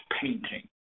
painting